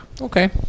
Okay